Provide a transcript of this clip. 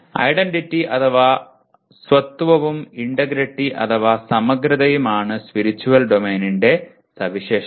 identity അഥവാ സ്വത്വവും integrity അഥവാ സമഗ്രതയുമാണ് സ്പിരിറ്റുവൽ ഡൊമെയ്നിന്റെ സവിശേഷത